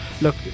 look